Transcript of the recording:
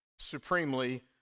supremely